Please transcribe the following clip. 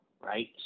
right